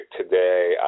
today